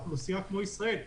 אוכלוסייה כמו בישראל,